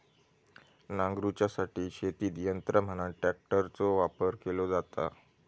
नांगरूच्यासाठी शेतीत यंत्र म्हणान ट्रॅक्टरचो वापर केलो जाता